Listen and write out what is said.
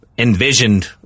Envisioned